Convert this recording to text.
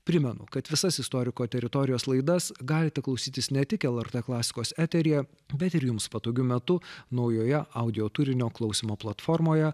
primenu kad visas istoriko teritorijos laidas galite klausytis ne tik lrt klasikos eteryje bet ir jums patogiu metu naujoje audio turinio klausymo platformoje